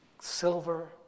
Silver